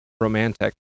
romantic